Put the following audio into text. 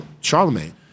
Charlemagne